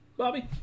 Bobby